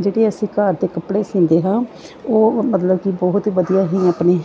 ਜਿਹੜੀ ਅਸੀਂ ਘਰ ਤੇ ਕੱਪੜੇ ਸਿਉਂਦੇ ਹਾਂ ਉਹ ਮਤਲਬ ਕਿ ਬਹੁਤ ਵਧੀਆ ਅਸੀਂ ਆਪਣੀ